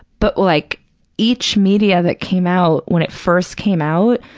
but like each media that came out, when it first came out,